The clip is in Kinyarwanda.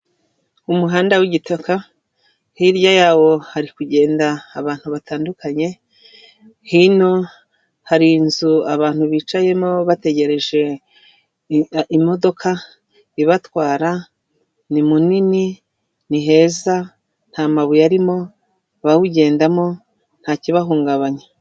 Umuhanda w'igitaka hirya yawo hari kugenda abantu batandukanye, hino hari inzu abantu bicayemo bategereje imodoka ibatwara, ni munini, ni heza, nta mabuye arimo abawugendamo ntakibahungabanya.